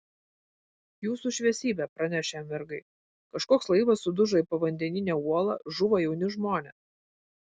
jūsų šviesybe praneš jam vergai kažkoks laivas sudužo į povandeninę uolą žūva jauni žmonės